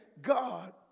God